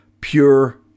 pure